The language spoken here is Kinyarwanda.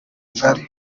ubugari